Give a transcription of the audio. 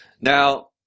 Now